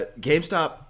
GameStop